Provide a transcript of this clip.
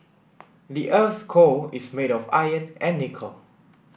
the earth's core is made of iron and nickel